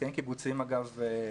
הסכמים קיבוציים אגב,